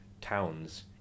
towns